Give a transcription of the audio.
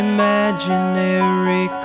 Imaginary